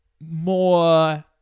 more